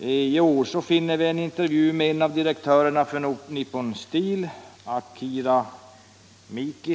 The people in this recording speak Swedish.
i år finner vi en intervju med en av direktörerna för Nippon Steel, Akira Miki.